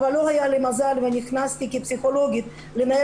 אבל לא היה לי מזל ונכנסתי כפסיכולוגית לנהל